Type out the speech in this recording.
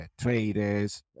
traders